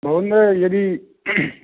भवन्तः यदि